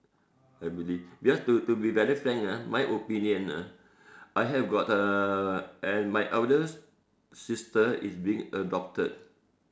I believe because to to be very frank ah my opinion ah I have got a an my eldest sister is being adopted